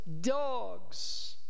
dogs